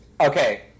Okay